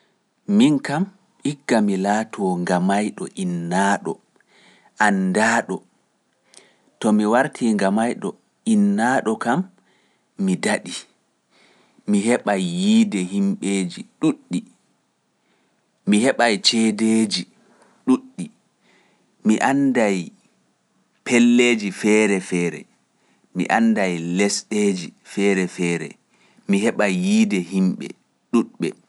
Min kam, ikka mi laatoo ngamayɗo innaaɗo, anndaaɗo. To mi wartii ngamayɗo innaaɗo kam, mi daɗi. Mi heɓa yiide himɓeeji ɗuuɗɗi. Mi heɓa ceedeji ɗuuɗɗi. Mi annda pelleeji feere feere. Mi annda lesɗeeji feere feere, mi heɓa yiide himɓe ɗuuɗɓe.